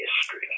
history